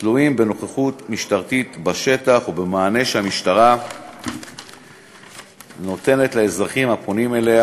תלויים בנוכחות משטרתית בשטח ובמענה שהמשטרה נותנת לאזרחים הפונים אליה.